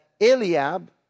Eliab